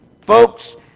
Folks